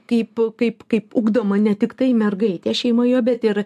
kaip kaip kaip ugdoma ne tiktai mergaitės šeimoje bet ir